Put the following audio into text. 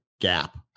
gap